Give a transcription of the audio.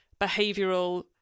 behavioral